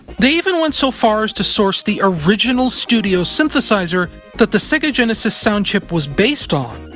they even went so far as to source the original studio synthesizer that the sega genesis sound chip was based on,